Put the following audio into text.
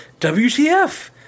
WTF